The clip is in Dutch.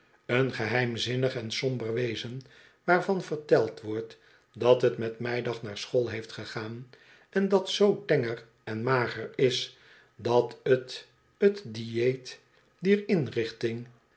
een geheimzinnig en somber wezen waarvan verteld wordt dat het mot meidag naar school heeft gegaan en dat zoo tenger en mager is dat het t dieet dier inrichting